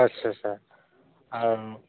ᱟᱪᱪᱷᱟ ᱪᱷᱟ